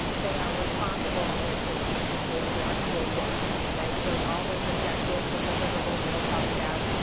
they are responsible in the expectation for the actual work. right? so, all those objectives and deliverables that i talked about,